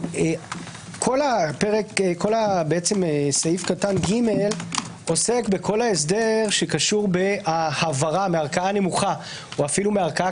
כל סעיף קטן (ג) עוסק בכל ההסדר שקשור בהעברה מערכאה נמוכה או אפילו מערכאה